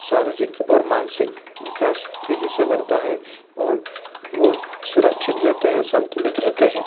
शारीरिक और मानसिक विकास तेज़ी से बढ़ता है और वो सुरक्षित रहते हैं संतुलित रहते हैं